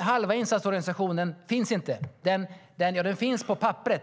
Halva insatsorganisationen finns inte, bara på papperet.